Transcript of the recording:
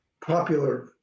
popular